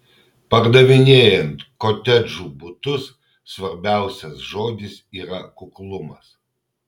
pardavinėjant kotedžų butus svarbiausias žodis yra kuklumas